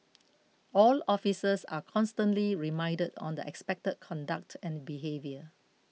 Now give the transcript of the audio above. all officers are constantly reminded on the expected conduct and behaviour